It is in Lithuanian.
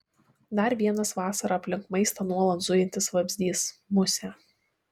dar vienas vasarą aplink maistą nuolat zujantis vabzdys musė